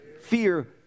Fear